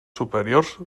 superiors